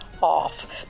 Off